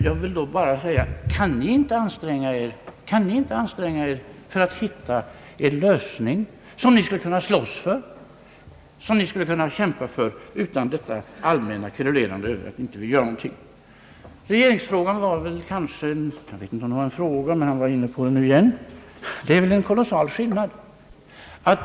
Jag vill då också undra: Kan inte ni inom de borgerliga partierna anstränga er för att hitta en lösning som ni skulle kunna kämpa för i stället för detta allmänna kverulerande över att inte regeringen gör någonting. Regeringsfrågan var kanske inte en direkt fråga, men herr Bengtson var inne på den igen. Det är väl en stor skillnad mellan situationen nu och år 1951.